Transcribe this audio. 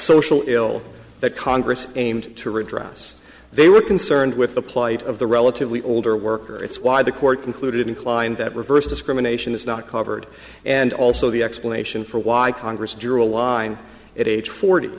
social ill that congress aimed to redress they were concerned with the plight of the relatively older workers it's why the court concluded inclined that reverse discrimination is not covered and also the explanation for why congress drew a line at age forty